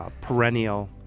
perennial